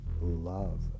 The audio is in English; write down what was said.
love